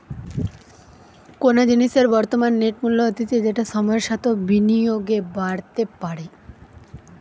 কোনো জিনিসের বর্তমান নেট মূল্য হতিছে যেটা সময়ের সাথেও বিনিয়োগে বাড়তে পারে